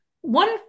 One